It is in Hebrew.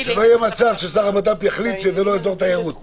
שלא יהיה מצב שהשר לביטחון פנים יחליט שזה לא אזור תיירות.